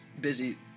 busy